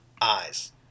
eyes